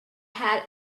had